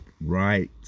right